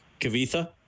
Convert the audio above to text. Kavitha